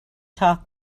talk